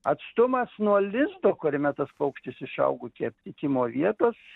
atstumas nuo lizdo kuriame tas paukštis išaugo iki aptikimo vietos